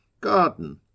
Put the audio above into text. Garden